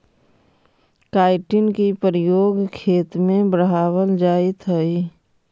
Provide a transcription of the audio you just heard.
chitin के प्रयोग खेत में बढ़ावल जाइत हई